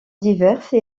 diverses